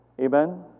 Amen